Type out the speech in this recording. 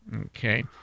Okay